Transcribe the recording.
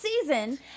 season